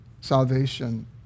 salvation